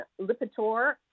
Lipitor